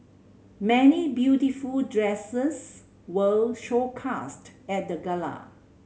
many beautiful dresses were showcased at the gala